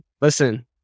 Listen